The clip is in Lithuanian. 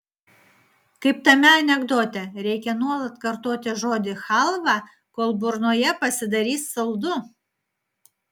kaip tame anekdote reikia nuolat kartoti žodį chalva kol burnoje pasidarys saldu